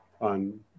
on